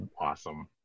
awesome